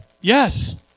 Yes